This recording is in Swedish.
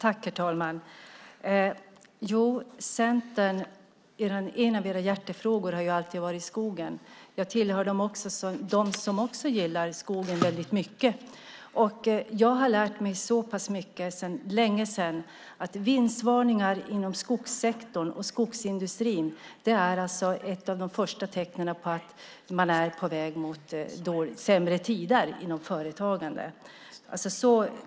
Herr talman! En av Centerns hjärtefrågor har alltid varit skogen. Även jag tillhör dem som gillar skogen väldigt mycket, och så pass mycket har jag lärt mig för länge sedan att vinstvarningar inom skogssektorn och skogsindustrin är ett av de första tecknen på att man är på väg mot sämre tider inom företagandet.